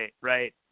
right